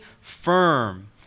firm